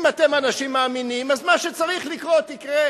אם אתם אנשים מאמינים, אז מה שצריך לקרות יקרה,